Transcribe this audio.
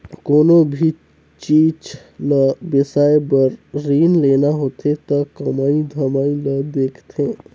कोनो भी चीच ल बिसाए बर रीन लेना होथे त कमई धमई ल देखथें